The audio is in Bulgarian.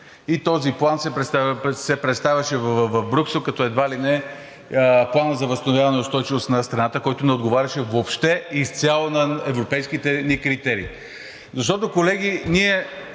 Този план се представяше в Брюксел като едва ли не Планът за възстановяване и устойчивост на страната, който не отговаряше въобще изцяло на европейските критерии. Защото, колеги, ние